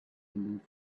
lose